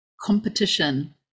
competition